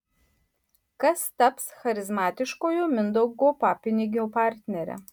kas taps charizmatiškojo mindaugo papinigio partnere